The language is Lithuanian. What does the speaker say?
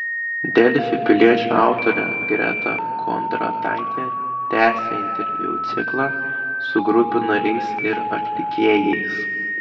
delfi piliečio autorė greta kondrataitė tęsia interviu ciklą su grupių nariais ir atlikėjais